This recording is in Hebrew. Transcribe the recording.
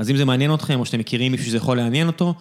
‫אז אם זה מעניין אתכם ‫או שאתם מכירים מישהו שזה יכול לעניין אותו...